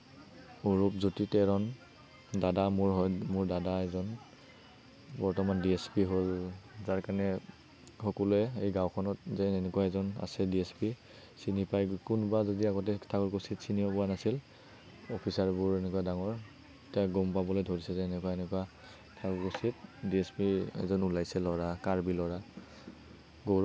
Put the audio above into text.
অৰূপজ্যোতি তেৰণ দাদা মোৰ দাদা এজন বৰ্তমান ডি এছ পি হ'ল যাৰ কাৰণে সকলোৱে এই গাওঁখনত যে এনেকুৱা এজন আছে ডি এছ পি চিনি পায় কোনোবা যদি আগতে ঠাকুৰকুছীক চিনিও পোৱা নাছিল অফিচাৰবোৰ এনেকুৱা ডাঙৰ এতিয়া গম পাবলে ধৰিছে যে এনেকুৱা এনেকুৱা ঠাকুৰকুছীত ডি এছ পি এজন ওলাইছে ল'ৰা কাৰ্বি ল'ৰা